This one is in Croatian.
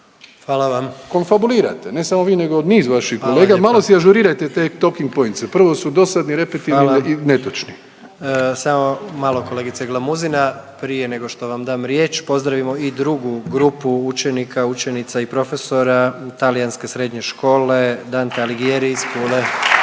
Hvala vam./… Komfabulirate ne samo vi, nego niz vaših kolega. …/Upadica predsjednik: Hvala lijepo./… Malo si ažurirajte te talking points, prvo su dosadni, repeti i netočni. **Jandroković, Gordan (HDZ)** Hvala. Samo malo kolegice Glamuzina, prije nego što vam dam riječ pozdravimo i drugu grupu učenika, učenica i profesora Talijanske srednje škole Dante Alighieri iz Pule.